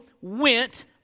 went